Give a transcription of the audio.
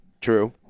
True